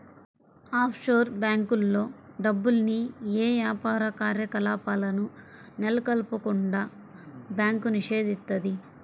offshore బ్యేంకుల్లో డబ్బుల్ని యే యాపార కార్యకలాపాలను నెలకొల్పకుండా బ్యాంకు నిషేధిత్తది